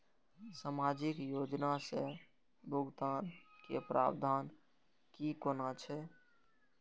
सामाजिक योजना से भुगतान के प्रावधान की कोना छै?